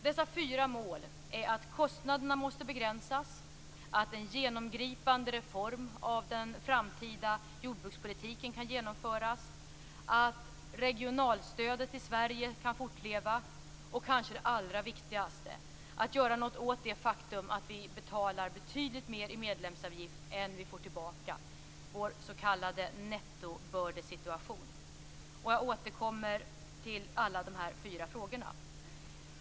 Dessa fyra mål är att kostnaderna måste begränsas, att en genomgripande reform av den framtida jordbrukspolitiken kan genomföras, att regionalstödet i Sverige kan fortleva och - kanske det allra viktigaste - att göra något åt det faktum att vi betalar betydligt mer i medlemsavgift än vi får tillbaka, vår s.k. nettobördesituation. Jag återkommer till alla de här fyra frågorna.